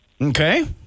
Okay